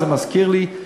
זה מזכיר לי,